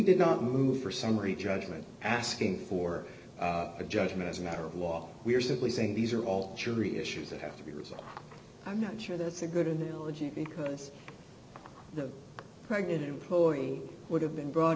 did not move for summary judgment asking for a judgment as a matter of law we're simply saying these are all jury issues that have to be resolved i'm not sure that's a good analogy because the pregnant employee would have been brought